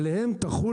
עליהם תחול